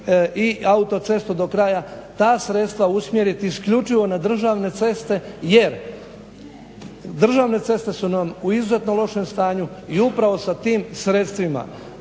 i autocestu do kraja ta sredstva usmjeriti isključivo na državne ceste jer državne ceste su nam u izuzetno lošem stanju i upravo sa tim sredstvima